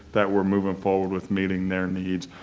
that we're moving forward with meeting their needs.